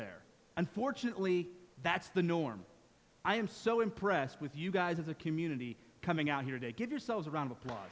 there and fortunately that's the norm i am so impressed with you guys as a community coming out here to give yourselves around the block